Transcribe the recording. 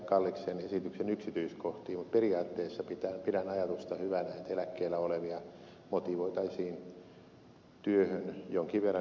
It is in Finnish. kalliksen esityksen yksityiskohtiin mutta periaatteessa pidän ajatusta hyvänä että eläkkeellä olevia motivoitaisiin työhön jonkin verran lievemmällä palkkaverotuksella kuin mitä muilla on